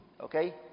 Okay